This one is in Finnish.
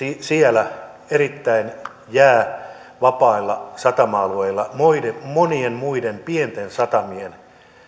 siellä erittäin jäävapailla satama alueilla monien muiden pienten satamien